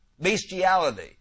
Bestiality